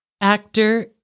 Actor